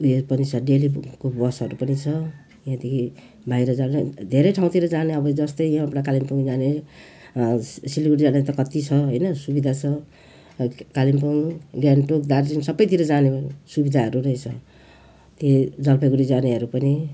यो पनि छ डेली बसहरू पनि छ यहाँदेखि बाहिर जान धेरै ठाउँतिर जान अब जस्तै यहाँबाट कालिम्पोङ जाने सी सिलगढी जाने त कत्ति छ होइन सुविधा छ कालिम्पोङ गान्तोक दार्जिलिङ सबैतिर जाने सुविधाहरू रहेछ ती जलपाइगुडी जानेहरू पनि